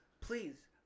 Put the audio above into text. please